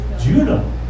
Judah